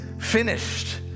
finished